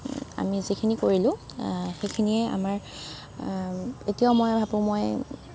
আমি যিখিনি কৰিলোঁ সেইখিনিয়ে আমাৰ এতিয়াও মই ভাবো মই